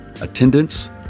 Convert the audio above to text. Attendance